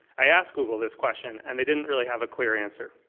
i asked google this question and they didn't really have a clear answer.